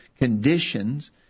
conditions